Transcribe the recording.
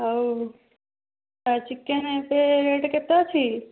ଆଉ ଚିକେନ୍ ଏବେ ରେଟ୍ କେତେ ଅଛି